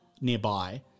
nearby